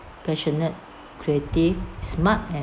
passionate creative smart